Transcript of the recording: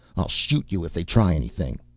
i'll shoot you if they try anything.